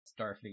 Starfleet